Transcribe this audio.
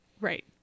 right